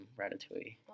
Ratatouille